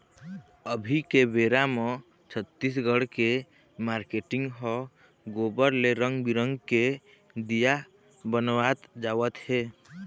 अभी के बेरा म छत्तीसगढ़ के मारकेटिंग ह गोबर ले रंग बिंरग के दीया बनवात जावत हे